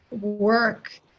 work